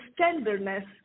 tenderness